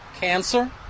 cancer